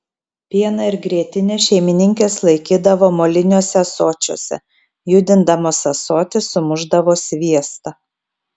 pieną ir grietinę šeimininkės laikydavo moliniuose ąsočiuose judindamos ąsotį sumušdavo sviestą